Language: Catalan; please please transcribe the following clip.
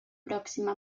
pròxima